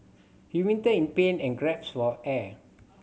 he writhed in pain and gasped for air